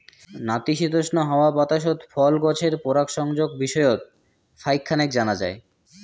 নাতিশীতোষ্ণ হাওয়া বাতাসত ফল গছের পরাগসংযোগ বিষয়ত ফাইক খানেক জানা যায়